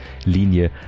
Linie